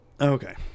Okay